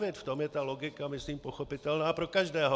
V tom je ta logika myslím pochopitelná pro každého.